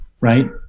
right